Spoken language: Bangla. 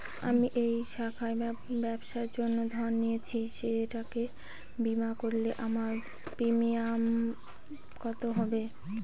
আমি এই শাখায় ব্যবসার জন্য ঋণ নিয়েছি সেটাকে বিমা করলে আমার প্রিমিয়াম কত হবে?